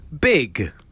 Big